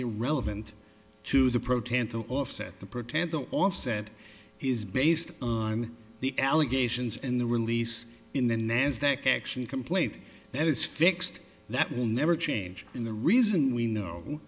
irrelevant to the proton to offset the pretend don't offset is based on the allegations in the release in the nasdaq action complaint that is fixed that will never change in the reason we know